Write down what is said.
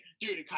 Dude